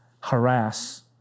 harass